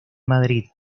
madrid